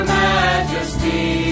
majesty